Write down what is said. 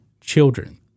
children